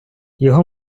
його